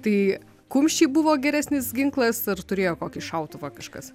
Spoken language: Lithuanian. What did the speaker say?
tai kumščiai buvo geresnis ginklas ar turėjo kokį šautuvą kažkas